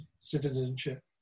citizenship